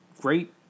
great